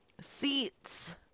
seats